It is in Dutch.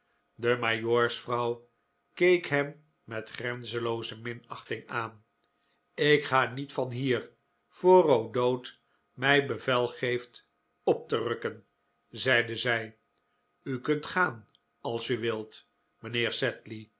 de majoorsvrouw keek hem met grenzenlooze minachting aan ik ga niet van hier voor o'dowd mij bevel geeft op te rukken zeide zij u kunt gaan als u wilt mijnheer